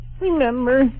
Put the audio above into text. Remember